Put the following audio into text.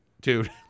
dude